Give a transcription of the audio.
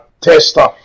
tester